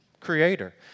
Creator